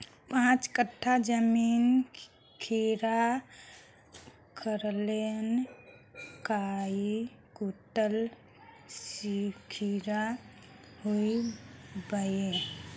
पाँच कट्ठा जमीन खीरा करले काई कुंटल खीरा हाँ बई?